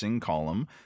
Column